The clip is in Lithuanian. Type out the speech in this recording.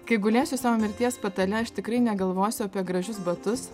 kai gulėsiu savo mirties patale aš tikrai negalvosiu apie gražius batus